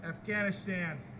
Afghanistan